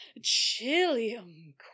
Chilium